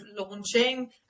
launching